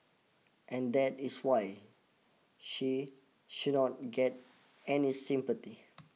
and that is why she she not get any sympathy